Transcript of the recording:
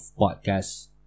podcasts